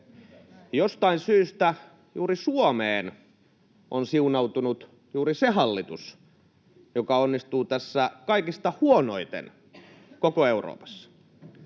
Jostain syystä juuri Suomeen on siunaantunut juuri se hallitus, joka onnistuu tässä kaikista huonoiten koko Euroopassa.